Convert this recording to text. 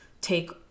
take